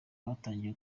batangiye